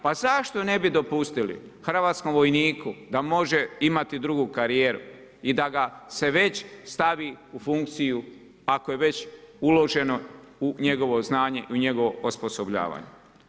Pa zašto ne bi dopustili hrvatskom vojniku, da može imati drugu karijeru i da ga se već stavi u funkciju, ako je već uloženo u njegovo znanje, u njegovo osposobljavanje.